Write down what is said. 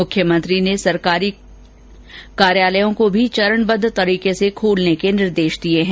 मुख्यमंत्री ने सरकारी कार्यालयों को भी चरणबद्ध तरीके से खोलने के निर्देश दिए हैं